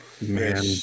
man